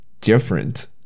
different